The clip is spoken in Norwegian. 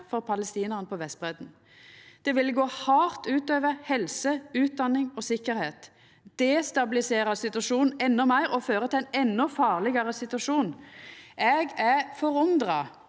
for palestinarane på Vestbredden. Det ville gått hardt ut over helse, utdanning og sikkerheit, det ville destabilisert situasjonen endå meir og ført til ein endå farlegare situasjon. Eg er forundra